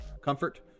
comfort